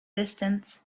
distance